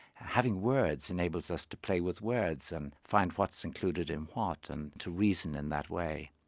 having words enables us to play with words and find what's included in what and to reason in that way.